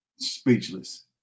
Speechless